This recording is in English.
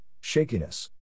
shakiness